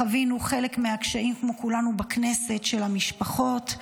חווינו חלק מהקשיים, כמו כולנו בכנסת, של המשפחות.